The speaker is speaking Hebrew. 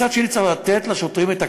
מצד שני, צריך לתת לשוטרים את הכלים,